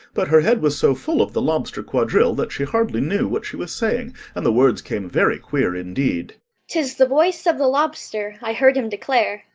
but her head was so full of the lobster quadrille, that she hardly knew what she was saying, and the words came very queer indeed tis the voice of the lobster i heard him declare,